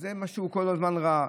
זה מה שהוא כל הזמן ראה.